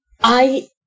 I-